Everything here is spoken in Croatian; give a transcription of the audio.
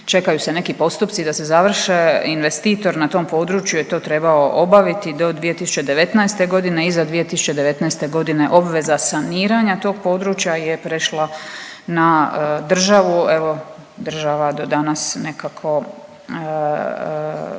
čekaju se neki postupci da se završe, investitor na tom području je to trebao obaviti do 2019.g., iza 2019.g. obveza saniranja tog područja je prešla na državu, evo država do danas nekako